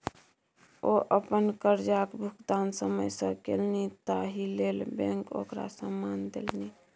ओ अपन करजाक भुगतान समय सँ केलनि ताहि लेल बैंक ओकरा सम्मान देलनि